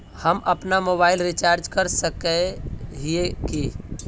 हम अपना mobile recharge कर सकय हिये की?